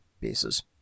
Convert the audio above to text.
pieces